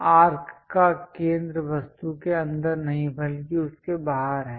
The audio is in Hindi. आर्क का केंद्र वस्तु के अंदर नहीं बल्कि उसके बाहर है